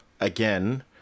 again